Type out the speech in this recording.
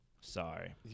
sorry